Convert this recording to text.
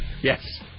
Yes